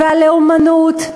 והלאומנות,